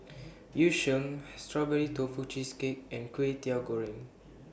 Yu Sheng Strawberry Tofu Cheesecake and Kway Teow Goreng